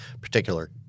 particular